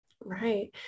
Right